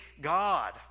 God